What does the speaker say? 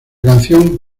canción